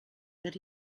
that